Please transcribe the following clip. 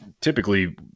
typically